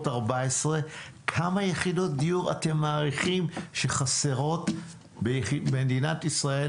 14. כמה יחידות דיור אתם מעריכים שחסרות במדינת ישראל